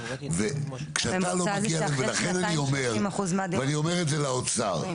אני אומר את זה גם לאוצר.